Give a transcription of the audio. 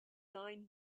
nine